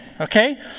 okay